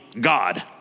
God